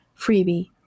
freebie